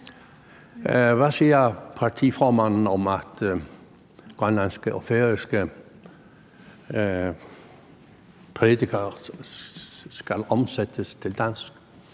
Hvad siger partiformanden om, at grønlandske og færøske prædikener skal oversættes til dansk?